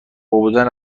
بودن